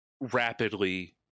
rapidly